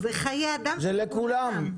זה לכולם,